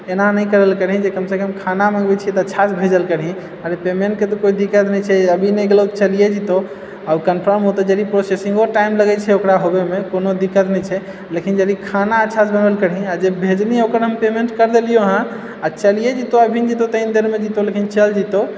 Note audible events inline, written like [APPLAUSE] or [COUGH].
एना नहि करल करहीं जे कम से कम खाना मंँगबै छियै तऽ अच्छासँ भेजल करही आब पेमेंटके तऽ कोइ दिक्कत नहि छै अभी निकलल छै चलिये जेतौ और कम कम हेतौ जे भी प्रोसेसिंग हुअय टाइम लगै छै ओकरा होबैमे कोनो दिक्कत नहि छै अभी नहि गेलहुँ चलिए जेतहु आ कन्फर्म [UNINTELLIGIBLE] सेहो टाइम लागै छै ओकरा होबेमे कोनो दिक्कत नहि छै लेकिन यदि खाना अच्छा से बनाओल करही आ जे भेजली ओकर हम पेमेण्ट कर देलियो हँ आ चलिए जेतौ मिल जेतहुँ तनी देरमे लेकिन चल जेतहुँ